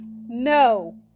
no